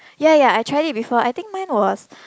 ya ya I tried it before I think mine was